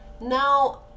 Now